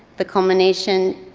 the culmination,